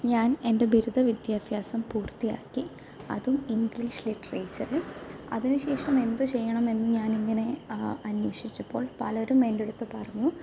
ഞാൻ എന്റെ ബിരുദ വിദ്യാഭ്യാസം പൂർത്തിയാക്കി അതും ഇംഗ്ലീഷ് ലിറ്ററേച്ചറിൽ അതിനുശേഷം എന്ത് ചെയ്യണമെന്ന് ഞാൻ ഇങ്ങനെ അന്വേഷിച്ചപ്പോൾ പലരും എൻ്റടുത്ത് പറഞ്ഞു